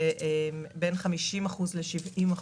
בין 50% ל-70%.